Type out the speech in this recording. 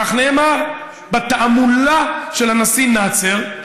כך נאמר בתעמולה של הנשיא נאצר.